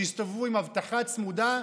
יסתובבו עם אבטחה צמודה,